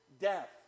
death